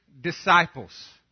disciples